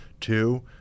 Two